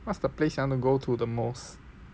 what's the place you want to go to the most